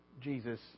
Jesus